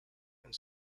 and